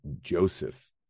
Joseph